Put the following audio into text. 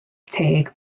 teg